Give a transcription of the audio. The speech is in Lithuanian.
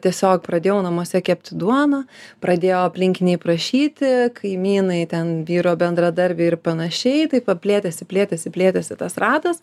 tiesiog pradėjau namuose kepti duoną pradėjo aplinkiniai prašyti kaimynai ten vyro bendradarbiai ir panašiai taip va plėtėsi plėtėsi plėtėsi tas ratas